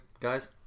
guys